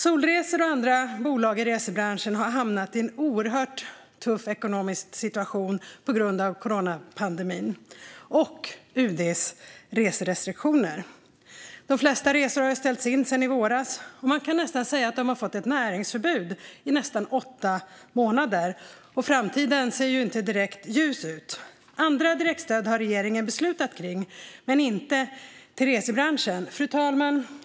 Solresor och andra bolag i resebranschen har hamnat i en oerhört tuff ekonomisk situation på grund av coronapandemin och UD:s reserestriktioner. De flesta resor har ju ställts in sedan i våras. Man kan nästan säga att de har fått ett näringsförbud i nästan åtta månader, och framtiden ser ju inte direkt ljus ut. Andra direktstöd har regeringen beslutat om men inte till resebranschen.